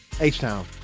H-Town